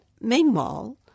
meanwhile